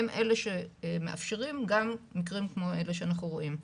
הם אלה שמאפשרים גם מקרים כמו אלה שאנחנו רואים.